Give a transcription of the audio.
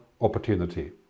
opportunity